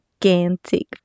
gigantic